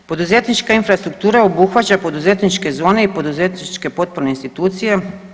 Poduzetnička infrastruktura obuhvaća poduzetničke zone i poduzetničke potporne institucije.